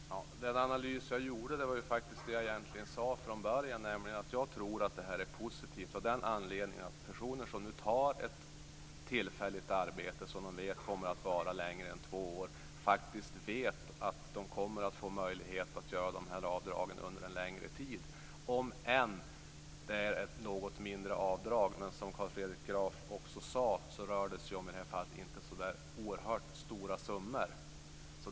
Fru talman! Den analys jag gör är egentligen det jag sade från början, nämligen att jag tror det är positivt av den anledningen att personer som nu tar ett tillfälligt arbete som de vet kommer att vara längre än två år faktiskt vet att de kommer att få möjlighet att göra dessa avdrag under en längre tid. Det är visserligen ett något mindre avdrag, men som också Carl Fredrik Graf sade rör det sig i detta fall inte om så oerhört stora summor.